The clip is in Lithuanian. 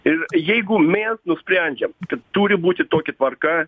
ir jeigu mes nusprendžiam kad turi būti tokia tvarka